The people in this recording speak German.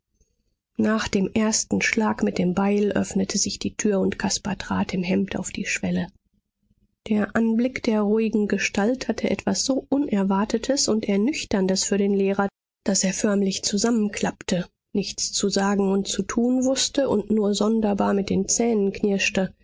nach dem ersten schlag mit dem beil öffnete sich die tür und caspar trat im hemd auf die schwelle der anblick der ruhigen gestalt hatte etwas so unerwartetes und ernüchterndes für den lehrer daß er förmlich znsammenklappte nichts zu sagen und zu tun wußte und nur sonderbar mit den zähnen knirschte